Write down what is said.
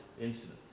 incident